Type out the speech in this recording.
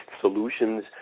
solutions